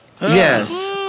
Yes